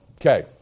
okay